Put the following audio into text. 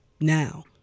now